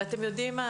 ואתם יודעים מה?